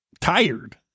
tired